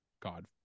God